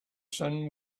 sun